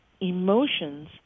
emotions